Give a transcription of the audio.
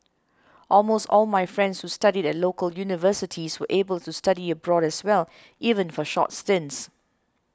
almost all my friends who studied at local universities were able to study abroad as well even for short stints